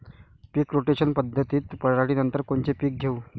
पीक rotation पद्धतीत पराटीनंतर कोनचे पीक घेऊ?